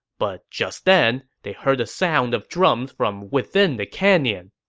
but just then, they heard the sound of drums from within the canyon.